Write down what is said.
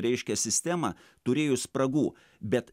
reiškia sistema turėjo spragų bet